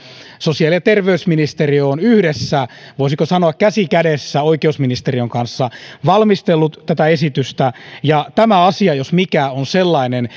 sosiaali ja terveysministeriö on yhdessä voisiko sanoa käsi kädessä oikeusministeriön kanssa valmistellut tätä esitystä ja tämä asia jos mikä on sellainen